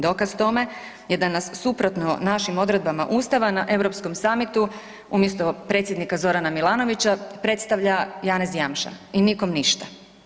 Dokaz tome je da nas suprotno našim odredbama ustava na Europskom samitu umjesto predsjednika Zorana Milanovića predstavlja Janez Janša i nikom ništa.